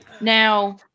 Now